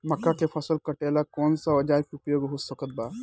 मक्का के फसल कटेला कौन सा औजार के उपयोग हो सकत बा?